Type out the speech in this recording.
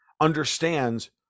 understands